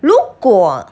如果